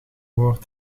woord